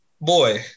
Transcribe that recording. Boy